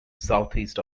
southeast